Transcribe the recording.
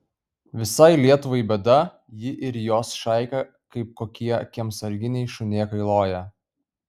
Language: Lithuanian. visai lietuvai bėda ji ir jos šaika kaip kokie kiemsarginiai šunėkai loja